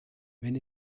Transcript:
wenn